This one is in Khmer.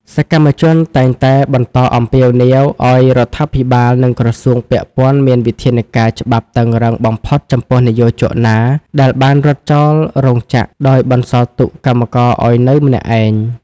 សកម្មជនតែងតែបន្តអំពាវនាវឱ្យរដ្ឋាភិបាល និងក្រសួងពាក់ព័ន្ធមានវិធានការច្បាប់តឹងរ៉ឹងបំផុតចំពោះនិយោជកណាដែលបានរត់ចោលរោងចក្រដោយបន្សល់ទុកកម្មករឱ្យនៅម្នាក់ឯង។